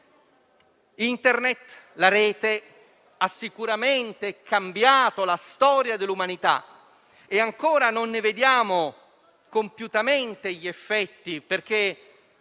Intenet, ha sicuramente cambiato la storia dell'umanità e ancora non ne vediamo compiutamente gli effetti, perché